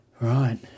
Right